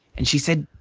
and, she said,